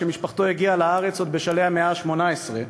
שמשפחתו הגיעה לארץ עוד בשלהי המאה ה-18,